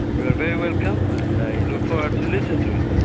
you are very welcome, and i look forward to listen to it.